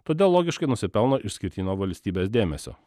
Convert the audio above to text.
todėl logiškai nusipelno išskirtinio valstybės dėmesio